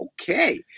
okay